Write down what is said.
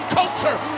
culture